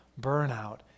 burnout